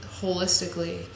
holistically